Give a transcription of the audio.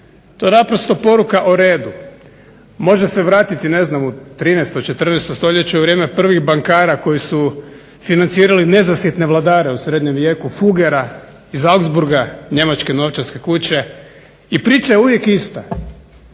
To je naprosto poruka o redu. Može se vratiti ne znam u 13., 14. stoljeće u vrijeme prvih bankara koji su financirali nezasitne vladare u srednjem vijeku, Fuggera iz Ausgburga, njemačke novčarske kuće i priča je uvijek ista.